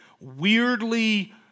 weirdly